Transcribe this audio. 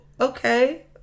okay